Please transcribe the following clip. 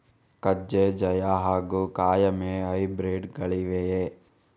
ಕಜೆ ಜಯ ಹಾಗೂ ಕಾಯಮೆ ಹೈಬ್ರಿಡ್ ಗಳಿವೆಯೇ?